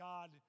God